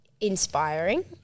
inspiring